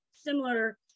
similar